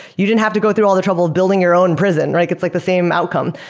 you didn't have to go through all the trouble of building your own prison. like it's like the same outcome.